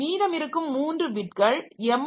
மீதமிருக்கும் 3 பிட்கள் m